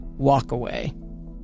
walkaway